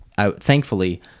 thankfully